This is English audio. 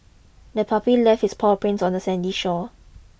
the puppy left its paw prints on the sandy shore